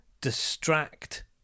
distract